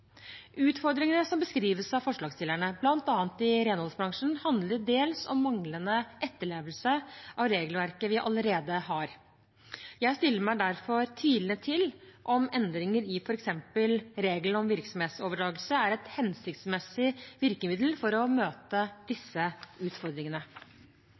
Utfordringene som beskrives av forslagsstillerne, bl.a. i renholdsbransjen, handler dels om manglende etterlevelse av det regelverket vi allerede har. Jeg stiller meg derfor tvilende til om endringer i f.eks. reglene om virksomhetsoverdragelse er et hensiktsmessig virkemiddel for å møte